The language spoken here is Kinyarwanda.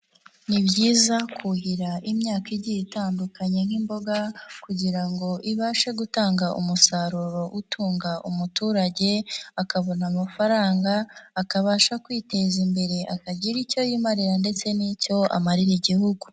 Ni byiza kuhira imyaka igiye itandukanye nk'imboga kugira ngo ibashe gutanga umusaruro utunga umuturage, akabona amafaranga, akabasha kwiteza imbere akagira icyo yimarira ndetse n'icyo amarira igihugu.